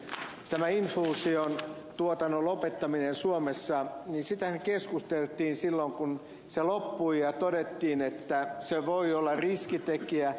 tästä infuusion tuotannon lopettamisesta suomessa keskusteltiin silloin kun se loppui ja todettiin että se voi olla riskitekijä